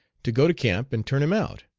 to go to camp and turn him out.